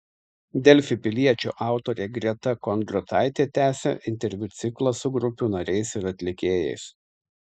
delfi piliečio autorė greta kondrataitė tęsia interviu ciklą su grupių nariais ir atlikėjais